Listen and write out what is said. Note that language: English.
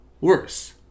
worse